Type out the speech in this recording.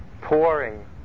pouring